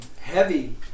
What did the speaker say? heavy